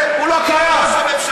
זה לא קיים.